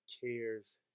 cares